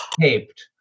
taped